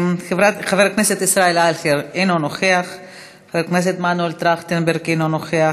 חבר הכנסת ישראל אייכלר, אינו נוכח.